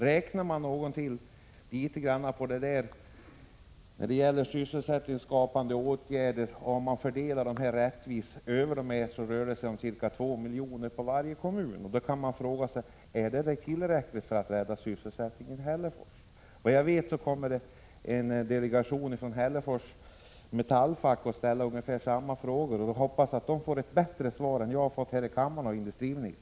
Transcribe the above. Räknar man något litet på detta när det gäller de sysselsättningsskapande åtgärderna finner man att det rör sig om 2 milj.kr. på varje kommun, om pengarna fördelas rättvist. Då kan man fråga sig: Är det tillräckligt för att rädda sysselsättningen i Hällefors? Såvitt jag vet kommer en delegation från Hällefors metallfack att ställa ungefär samma frågor. Jag hoppas att det då ges bättre svar än det jag fått här i kammaren av industriministern.